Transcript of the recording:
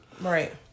Right